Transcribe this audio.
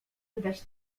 widać